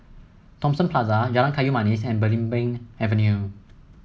Thomson Plaza Jalan Kayu Manis and Belimbing Avenue